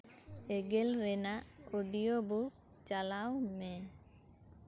ᱮᱸᱜᱮᱞ ᱨᱮᱭᱟᱜ audio book ᱪᱟᱞᱟᱣ ᱢᱮ